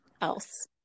else